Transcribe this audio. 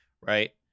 right